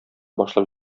башлап